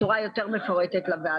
הבא ולתת דיווח בצורה יותר מפורטת לוועדה.